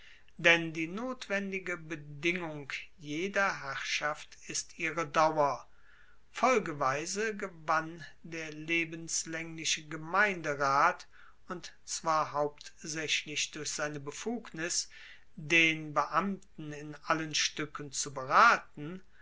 denn die notwendige bedingung jeder herrschaft ist ihre dauer folgeweise gewann der lebenslaengliche gemeinderat und zwar hauptsaechlich durch seine befugnis den beamten in allen stuecken zu beraten